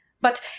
But